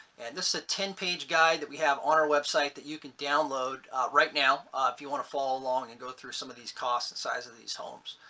and this is a ten page guide that we have on our website that you can download right now if you want to follow along and go through some of these costs and size of these homes.